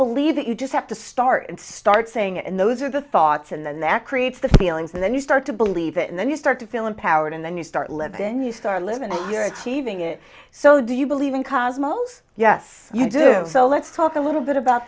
believe it you just have to start and start saying and those are the thoughts and then that creates the feelings and then you start to believe it and then you start to feel empowered and then you start lebanese start limiting your achieving it so do you believe in cosmos yes you do so let's talk a little bit about